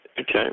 Okay